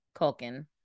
Culkin